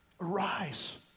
Arise